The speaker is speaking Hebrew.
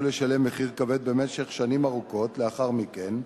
לשלם מחיר כבד במשך שנים ארוכות לאחר מכן,